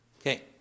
Okay